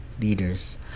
leaders